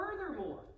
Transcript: furthermore